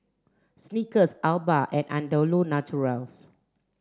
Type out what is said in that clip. snickers Alba and Andalu Naturals